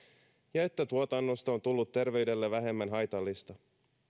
ja että tuotannosta on tullut terveydelle vähemmän haitallista